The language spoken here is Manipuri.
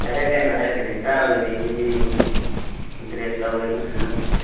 ꯍꯥꯏꯔꯛꯀꯅꯤ ꯚꯥꯏ ꯍꯥꯏꯔꯛꯀꯅꯤ ꯆꯥꯕꯩꯗꯤ ꯑꯩꯈꯣꯏꯗꯤ ꯑꯗꯨꯝ ꯏꯟꯇꯔꯦꯁ ꯂꯧꯋꯦꯗꯅ ꯑꯗꯨꯝ